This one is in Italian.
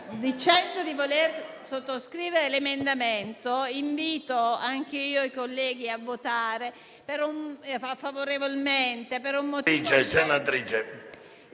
chiedo di poter sottoscrivere l'emendamento e invito anche io i colleghi a votare favorevolmente per un motivo...